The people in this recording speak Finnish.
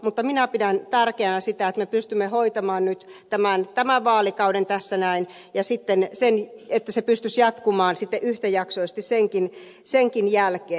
mutta minä pidän tärkeänä sitä että me pystymme hoitamaan nyt tämän vaalikauden tässä näin ja että se pystyisi jatkumaan sitten yhtäjaksoisesti senkin jälkeen